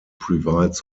provides